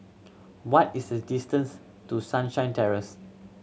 what is the distance to Sunshine Terrace